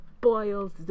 boils